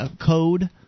code